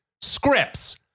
scripts